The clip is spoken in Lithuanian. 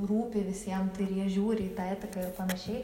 rūpi visiem tai ir jie žiūri į tą etiką ir panašiai